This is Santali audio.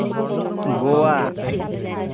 ᱜᱳᱣᱟ